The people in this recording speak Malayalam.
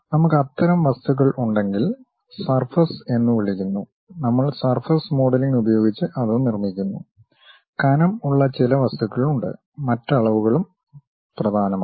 നമുക്ക് അത്തരം വസ്തുക്കൾ ഉണ്ടെങ്കിൽ സർഫസ് എന്ന് വിളിക്കുന്നു നമ്മൾ സർഫസ് മോഡലിംഗ് ഉപയോഗിച്ച് അത് നിർമ്മിക്കുന്നു കനം ഉള്ള ചില വസ്തുക്കൾ ഉണ്ട് മറ്റ് അളവുകളും പ്രധാനമാണ്